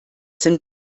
sind